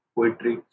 Poetry